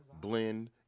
blend